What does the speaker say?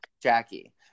Jackie